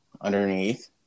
underneath